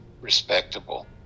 respectable